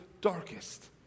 darkest